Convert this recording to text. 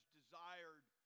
desired